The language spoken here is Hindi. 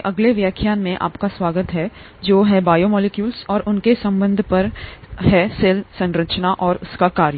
अगले व्याख्यान में आपका स्वागत है जो बायोमोलेक्यूलस और उनके संबंध पर है सेल संरचना और कार्य